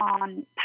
on